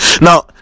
Now